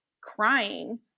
crying